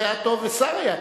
זה היה טוב, ושר היה טוב.